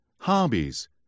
hobbies